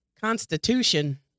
Constitution